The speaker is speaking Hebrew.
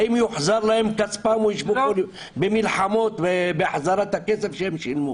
האם יוחזר להם כספם או שהם ייאלצו לצאת למלחמות על החזרת הכסף שהם שילמו